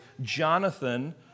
Jonathan